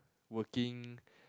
working